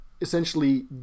essentially